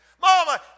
Mama